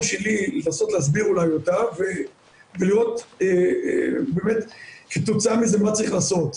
שלי אולי להסביר אותה ולראות באמת כתוצאה מזה מה צריך לעשות.